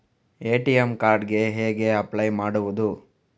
ATM card ಗೆ ಹೇಗೆ apply ಮಾಡುವುದು?